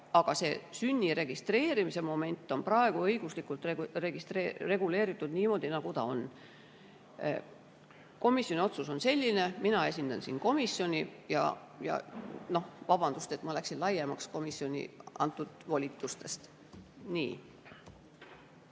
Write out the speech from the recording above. aga see sünni registreerimise moment on praegu õiguslikult reguleeritud niimoodi, nagu ta on. Komisjoni otsus on selline. Mina esindan siin komisjoni ja palun vabandust, et ma läksin laiemaks komisjoni antud volitustest.